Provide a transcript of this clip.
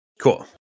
Cool